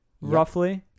roughly